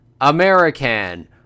American